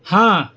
হ্যাঁ